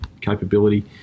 capability